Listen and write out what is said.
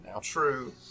true